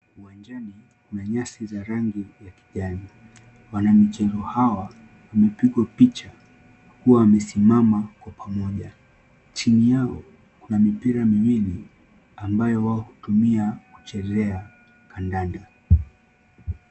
Uwanjani, kuna nyasi za rangi ya kijani. Wanamichezo hawa, wamepigwa picha wakiwa wamesimama kwa pamoja. Chini yao kuna mipira miwili, ambayo wao hutumia kuchezea kandanda.